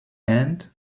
and